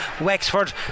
Wexford